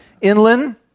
inland